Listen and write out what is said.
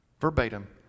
Verbatim